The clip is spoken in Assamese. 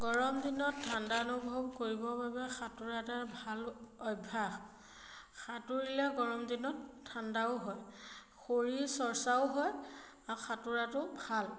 গৰম দিনত ঠাণ্ডা অনুভৱ কৰিবৰ বাবে সাঁতোৰ এটা ভাল অভ্যাস সাঁতুৰিলে গৰম দিনত ঠাণ্ডাও হয় শৰীৰ চৰ্চাও হয় আৰু সাঁতোৰাটো ভাল